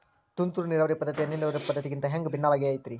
ತುಂತುರು ನೇರಾವರಿ ಪದ್ಧತಿ, ಹನಿ ನೇರಾವರಿ ಪದ್ಧತಿಗಿಂತ ಹ್ಯಾಂಗ ಭಿನ್ನವಾಗಿ ಐತ್ರಿ?